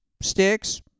Sticks